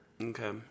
Okay